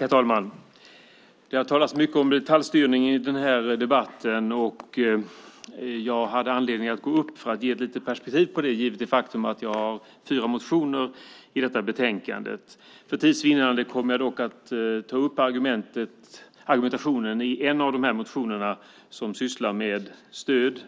Herr talman! Det har talats mycket om detaljstyrning i denna debatt. Jag hade anledning att gå upp i talarstolen för att ge ett litet perspektiv på detta givet det faktum att jag har skrivit fyra motioner som tas upp i detta betänkande. För tids vinnande kommer jag att ta upp argumentationen i bara en av dessa motioner som handlar om stöd